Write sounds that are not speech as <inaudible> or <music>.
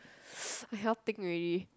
<noise> I cannot think already